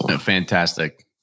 Fantastic